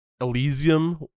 Elysium